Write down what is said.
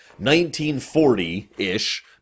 1940-ish